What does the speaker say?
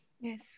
Yes